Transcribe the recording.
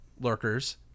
lurkers